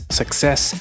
success